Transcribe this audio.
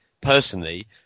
personally